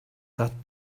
that